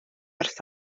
ers